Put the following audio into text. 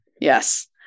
Yes